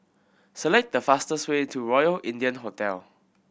select the fastest way to Royal India Hotel